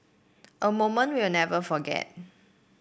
a moment we'll never forget